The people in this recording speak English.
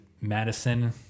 Madison